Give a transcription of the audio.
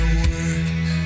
work